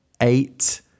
eight